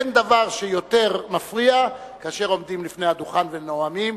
אין דבר שמפריע יותר כאשר עומדים לפני הדוכן ונואמים,